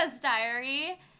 Diary